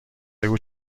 بگو